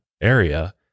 area